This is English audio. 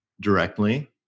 directly